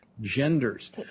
genders